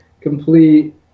complete